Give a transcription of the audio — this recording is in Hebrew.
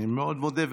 אני מאוד מודה.